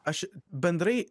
aš bendrai